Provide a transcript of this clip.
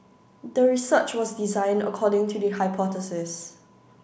the research was designed according to the hypothesis